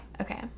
Okay